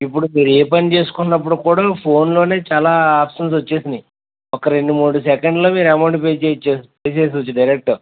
ఇప్పుడు మీరు ఏపని చేసుకున్నప్పుడికి కూడా ఫోన్లోనే చాల ఆప్షన్స్ వచ్చేశాయి ఒక రేండు మూడు సెకండ్లో అమౌంట్ పే చెయ్యచ్చు డైరెక్టు